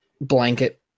blanket